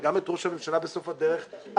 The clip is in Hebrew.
וגם את ראש הממשלה בסוף הדרך החוצה,